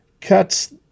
cuts